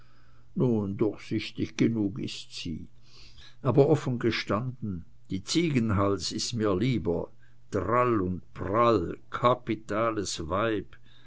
nun durchsichtig genug ist sie aber offen gestanden die ziegenhals ist mir lieber drall und prall kapitales weib